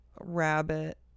rabbit